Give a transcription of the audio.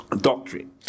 doctrine